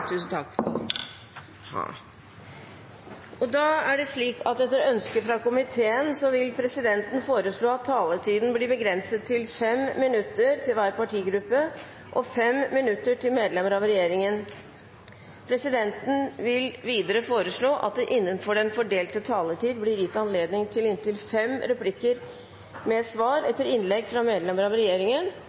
Etter ønske fra komiteen vil presidenten foreslå at taletiden blir begrenset til 5 minutter til hver partigruppe og 5 minutter til medlemmer av regjeringen. Videre vil presidenten foreslå at det innenfor den fordelte taletid blir gitt anledning til inntil fem replikker med svar etter innlegg fra medlemmer av regjeringen,